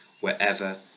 wherever